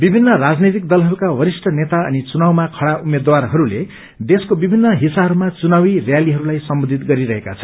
विभिन्न राजनैतिक दलहरूका वरिष्ठ नेता अनि चुनावमा खड़ा उम्मेद्वारहरूले देशको विभिन्न हिस्साहरूमा चुनावी रयालीहरूलाई सम्बोधित गरिरहेका छन्